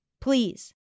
please